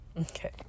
Okay